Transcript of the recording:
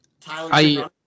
Tyler